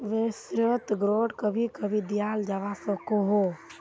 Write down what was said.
वाय्सायेत ग्रांट कभी कभी दियाल जवा सकोह